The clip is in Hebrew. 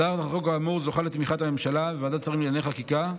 הצעת החוק כאמור זוכה לתמיכת הממשלה וועדת השרים לענייני חקיקה.